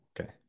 Okay